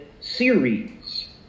series